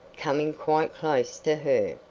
coming quite close to her.